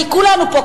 כי כולנו פה,